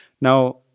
Now